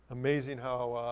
amazing how,